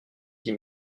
dix